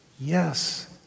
Yes